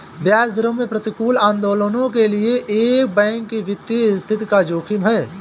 ब्याज दरों में प्रतिकूल आंदोलनों के लिए एक बैंक की वित्तीय स्थिति का जोखिम है